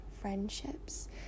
friendships